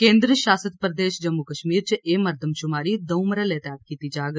केन्द्र शासत प्रदेश जम्मू कश्मीर च एह मरदमशुमारी दंऊ मरहले तैहत कीती जाग